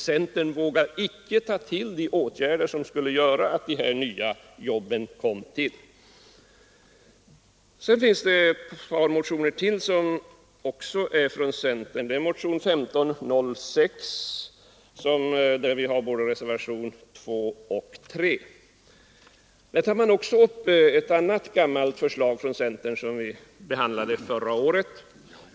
Centern vågar icke ta till de åtgärder som skulle medföra att de här nya jobben kom till. Det finns ytterligare ett par motioner, också från centern. Det är först motionen 1506 som föranlett reservationerna 2 och 3. I den motionen tar centern upp ett annat gammalt förslag som vi behandlade förra året.